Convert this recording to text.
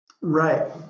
right